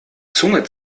zunge